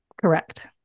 Correct